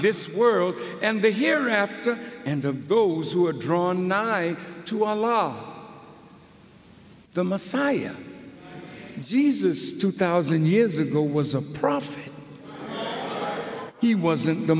this world and the hereafter and of those who are drawn not i to on law the messiah jesus two thousand years ago was a prophet he wasn't the